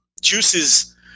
Juice's